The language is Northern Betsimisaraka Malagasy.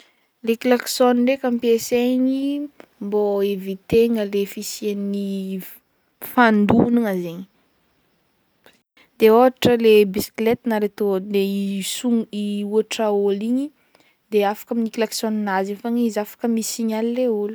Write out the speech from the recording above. Le klaxon ndraiky ampiasaigny mbô hievitegna le fisian'ny f- fandonagna zaigny de ôhatra le bisikleta na le tom- le hiso- ihoatra ôlo igny de afaka amin'ny klaxoninazy fogna izy afaka misignaly le ôlo.